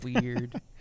weird